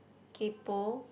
kaypoh